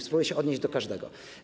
Spróbuję się odnieść do każdego.